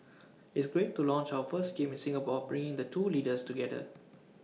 it's great to launch our first game in Singapore bringing the two leaders together